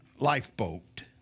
lifeboat